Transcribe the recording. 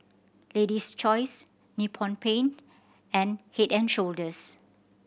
Lady's Choice Nippon Paint and Head and Shoulders